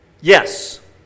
Yes